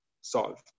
solve